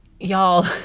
Y'all